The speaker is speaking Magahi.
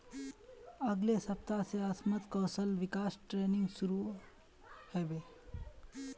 अगले सप्ताह स असमत कौशल विकास ट्रेनिंग शुरू ह बे